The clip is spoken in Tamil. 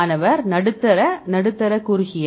மாணவர் நடுத்தர நடுத்தர குறுகிய